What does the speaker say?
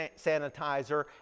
sanitizer